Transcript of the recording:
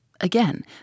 Again